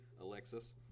Alexis